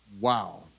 Wow